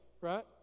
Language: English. right